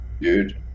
Dude